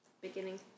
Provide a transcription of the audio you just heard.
beginning